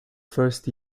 first